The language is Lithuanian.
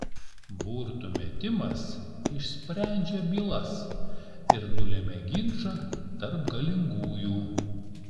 burtų metimas išsprendžia bylas ir nulemia ginčą tarp galingųjų